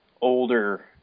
older